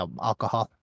alcohol